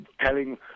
telling